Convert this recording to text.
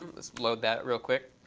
let's load that real quick.